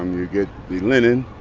um you get the linen